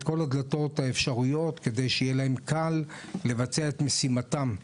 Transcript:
כל הדלתות האפשריות כדי שיהיה להם קל לבצע את משימתם.